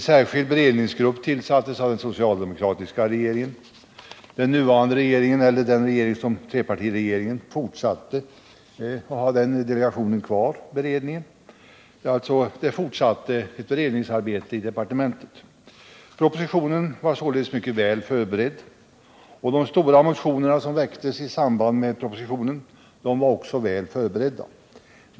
En särskild beredningsgrupp tillsattes av den socialdemokratiska regeringen, och trepartiregeringen fortsatte att ha beredningen kvar. Beredningsarbetet i departementet fortsatte alltså. Propositionen var således mycket väl förberedd, och de stora motioner som väcktes i samband med propositionen var också väl förberedda.